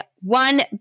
one